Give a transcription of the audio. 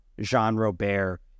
Jean-Robert